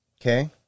Okay